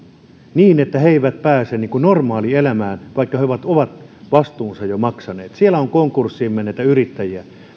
niin että he eivät pääse normaalielämään vaikka he ovat ovat vastuunsa jo maksaneet siellä on konkurssiin menneitä yrittäjiä